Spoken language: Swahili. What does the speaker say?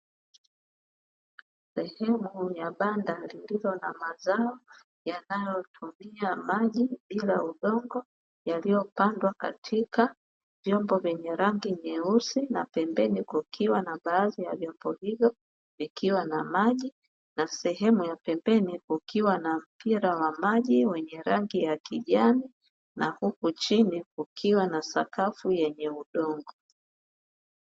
Sehemu ya banda lililo na mazao yanayotumia maji bila udongo, yaliyopandwa katika vyombo vyenye rangi nyeusi na pembeni kukiwa na baadhi ya vyombo hivyo vikiwa na maji. Na sehemu ya pembeni kukiwa na mpira wa maji wenye rangi ya kijani, na huku chini kukiwa na sakafu yenye udongo.